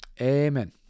amen